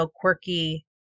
quirky